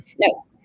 No